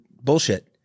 bullshit